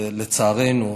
ולצערנו,